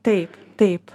taip taip